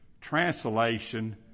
Translation